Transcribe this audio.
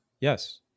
Yes